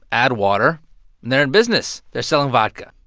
add water, and they're in business. they're selling vodka.